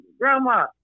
grandma